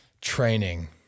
training